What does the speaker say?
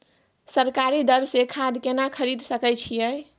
सरकारी दर से खाद केना खरीद सकै छिये?